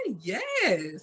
Yes